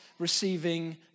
receiving